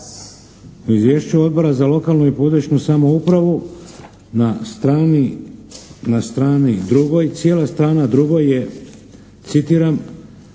U izvješću Odbora za lokalnu i područnu samoupravu na strani 2, cijela strana 2 je citiram: